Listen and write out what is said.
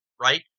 right